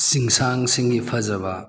ꯆꯤꯡꯁꯥꯡꯁꯤꯡꯒꯤ ꯐꯖꯕ